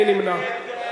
מי נמנע?